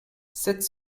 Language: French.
sept